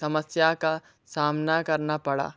समस्या का सामना करना पड़ा